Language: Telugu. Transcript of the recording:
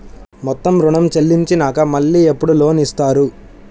మొత్తం ఋణం చెల్లించినాక మళ్ళీ ఎప్పుడు లోన్ ఇస్తారు?